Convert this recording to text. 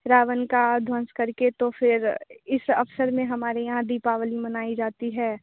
रावण का ध्वंस करके तो फिर इस अवसर में हमारे यहाँ दीपावली मनाई जाती है